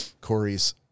Corey's